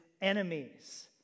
enemies